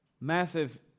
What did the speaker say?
massive